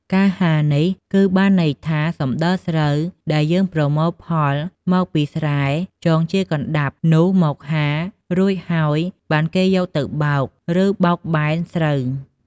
កាលហាលនេះ គឺបានន័យថាសំដិលស្រូវដែលយើងប្រមូលផលមកពីស្រែចងជាកណ្តាប់នោះមកហាល រួចហើយបានគេយកទៅបោក ឬបោកបែនស្រូវ។